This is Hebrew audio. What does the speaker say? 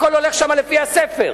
הכול הולך שם לפי הספר.